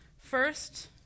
First